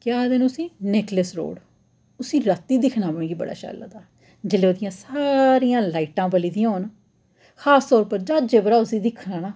केह् आखदे न उसी नैक्लैस रोड़ उसी रातीं दिक्खना मी बड़ा शैल लगदा जेल्लै ओह्दियां सारियां लाइटां बली दियां होन खास तौर उप्पर ज्हाजै परा उसी दिक्खना ना